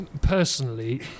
personally